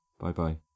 bye-bye